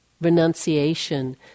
renunciation